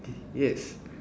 yes